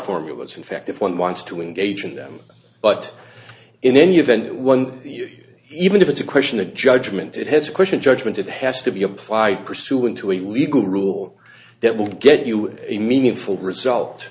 formulas for effect if one wants to engage in them but in any event one even if it's a question a judgment it has question judgment it has to be applied pursuant to a legal rule that will get you a meaningful result